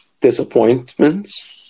disappointments